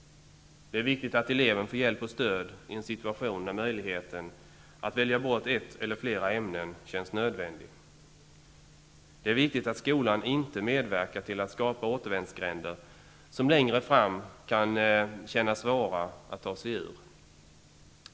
Det är viktigt att eleven får hjälp och stöd i en situation när möjligheten att välja bort ett eller flera ämnen känns nödvändig. Det är viktigt att skolan inte medverkar till att skapa återvändsgränder som längre fram kan kännas svåra att ta sig ur.